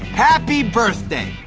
happy birthday,